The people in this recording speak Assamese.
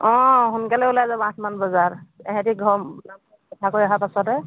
অঁ সোনকালে ওলাই যাব আঠমান বজাত এহেঁতি ঘৰ চফা কৰি অহাৰ পাছতে